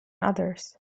others